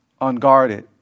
unguarded